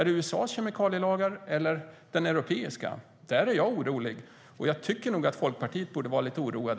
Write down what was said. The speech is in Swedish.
Är det USA:s kemikalielagar eller det europeiska regelverket som ska gälla? På den punkten är jag oroad, och jag tycker nog att också Folkpartiet borde vara lite oroat.